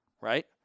right